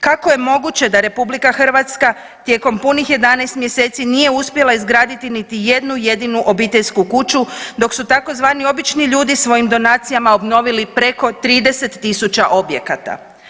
Kako je moguće da RH tijekom punih 11 mjeseci nije uspjela izgraditi niti jednu jedinu obiteljsku kuću dok su tzv. obični ljudi svojim donacijama obnovili preko 30.000 objekata.